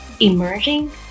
emerging